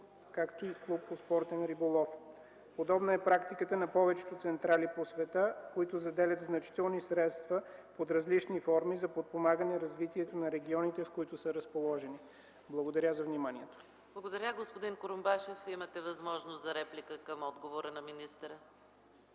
както и Клуб по спортен риболов. Подобна е практиката на повечето централи по света, които заделят значителни средства под различни форми за подпомагане развитието на регионите, в които са разположени. Благодаря за вниманието. ПРЕДСЕДАТЕЛ ЕКАТЕРИНА МИХАЙЛОВА: Благодаря. Господин Курумбашев, имате възможност за реплика към отговора на министъра.